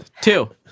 two